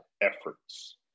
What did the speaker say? efforts